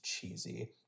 cheesy